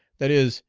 that is,